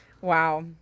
Wow